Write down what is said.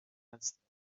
هستند